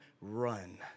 run